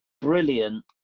brilliant